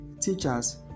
teachers